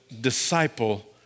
disciple